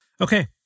Okay